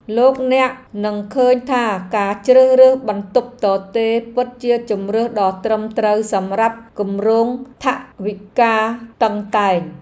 លោកអ្នកនឹងឃើញថាការជ្រើសរើសបន្ទប់ទទេរពិតជាជម្រើសដ៏ត្រឹមត្រូវសម្រាប់គម្រោងថវិកាតឹងតែង។